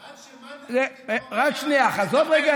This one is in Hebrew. עד שמנדלבליט יחקור את זה שתופס אותו בגרון,